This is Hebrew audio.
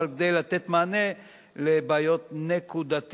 אבל כדי לתת מענה לבעיות נקודתיות.